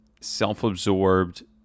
self-absorbed